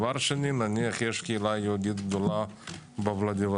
שנית, נניח יש קהילה יהודית גדולה בוולדיבסטוק.